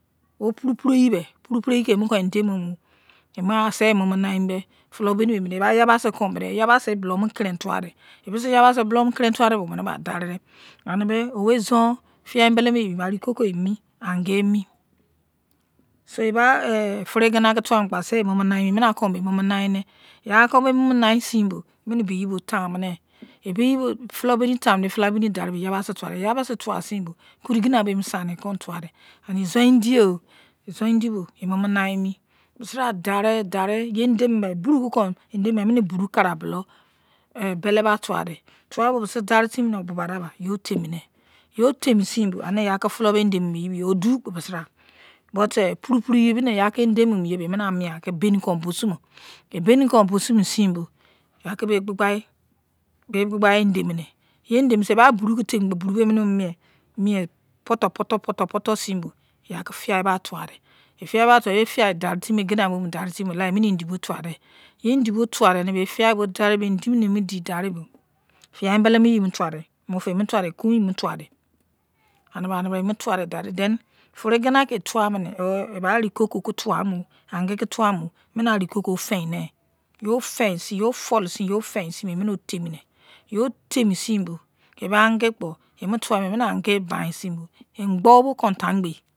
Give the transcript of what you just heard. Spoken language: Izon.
Bei puru puru eyi bei kon emukon nei edemu kpo asise emomo nai emibei ya basi konbodei, yabasi nei emo kon kenin tuwadei. Ebese yabasi kon kerin tuwodei bei omini ba daride owei izon fuyail embele muyi bo arigogo kpo emi, ankin emi, soeba furugina kie tumukpa asise emomo nai emi, emeniankon emomo nai seimbo emeni beyibo taimone efulou beni bei emutaimo bo omini daridee, fuloubeni darisinbo emeni yabasi tuwadei and izon-indioh, izon-indi bo emo nai emi, abai dariblari biseba dari e buru kon edemu kpo emeni buru mi kon aki bele mai fuwaidei obisi daritimi bubadaiba emeni oteni ne, yin otemi sein bo emeni kon aki fulon bulumai tuwadei bisibraken odui kpo but puru puru yi bebeni ya ki edemuyi bei enieni amiaki beni kon busumoi beru kon busumosin nabai, eba kon aki eghibai edemone. Eba buru ke temi kpo buru bei emi mo mie putoi putoi seinbo fiyai bai tuwa dei, fiyai dari timi, egina tuwadei, yei indi bo emu tuwadei, yei indi bo emotuwaseinbo, bei fiyai mai daride, fiyai emibelemayi emo tuwadei mufu emu tuwadei, kun emo tuwadei, mufu emu tuwadei, kun emo tuwadei, anebrame emu towasin bo daride, then furu egina kei emu tawadei mu kpo, eba arigogi kei tuwayo, anyin tuwaya kpo emine aririgo fein nei, yoi ofulogin bo yoi temi ney yor temi sei bo bai angi kpo emu tuwaemi emeni angi bain sein boi enkpo kon aki tangbi ye.